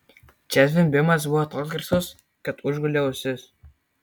čia zvimbimas buvo toks garsus kad užgulė ausis